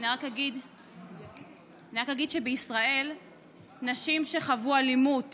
אני רק אגיד שבישראל נשים שחוו אלימות